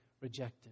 rejected